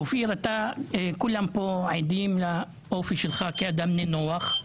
אופיר, כולם כאן עדים לאופי שלך כאדם נינוח,